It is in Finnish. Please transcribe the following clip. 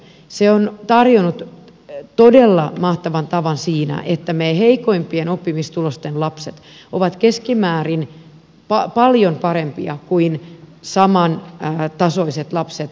se on tarjonnut todella mahtavan tavan siinä että heikoimpien oppimistulosten lapset ovat meillä keskimäärin paljon parempia kuin samantasoiset lapset normaalisti muualla